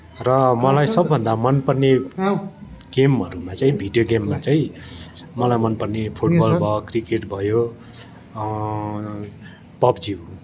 र मलाई सबभन्दा मनपर्ने गेमहरूमा चाहिँ भिडियो गेममा चाहिँ मलाई मनपर्ने फुटबल भयो क्रिकेट भयो पब्जी हो